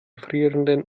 frierenden